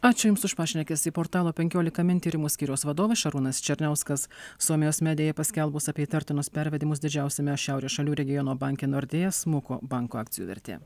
ačiū jums už pašnekesį portalo penkiolika min tyrimų skyriaus vadovas šarūnas černiauskas suomijos medijai paskelbus apie įtartinus pervedimus didžiausiame šiaurės šalių regiono banke nordėja smuko banko akcijų vertė